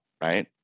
right